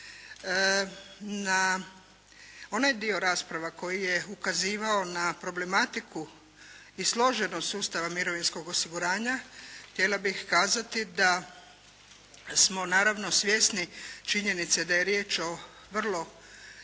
Na onaj dio rasprava koji je ukazivao na problematiku i složenost sustava mirovinskog osiguranja htjela bih kazati da smo naravno svjesni činjenice da je riječ o vrlo bitnom dijelu